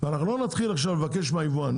ואנחנו לא נתחיל עכשיו לבקש מהיבואן.